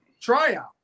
tryout